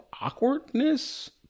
awkwardness